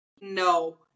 No